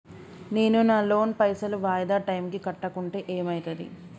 నేను నా లోన్ పైసల్ వాయిదా టైం కి కట్టకుంటే ఏమైతది?